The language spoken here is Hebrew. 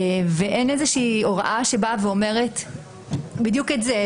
אין איזושהי הוראה שבאה ואומרת בדיוק את זה,